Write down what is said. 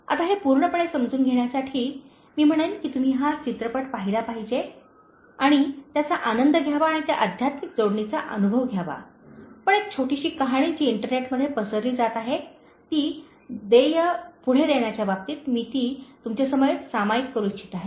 आता हे पूर्णपणे समजून घेण्यासाठी मी म्हणेन की तुम्ही हा चित्रपट पाहिला पाहिजे आणि त्याचा आनंद घ्यावा आणि त्या आध्यात्मिक जोडणीचा अनुभव घ्यावा पण एक छोटीशी कहाणी जी इंटरनेटमध्ये पसरली जात आहे ती देय पुढे देण्याच्या बाबतीत मी ती तुमच्यासमवेत सामायिक करू इच्छित आहे